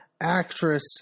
actress